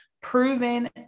proven